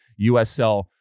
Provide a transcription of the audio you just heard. USL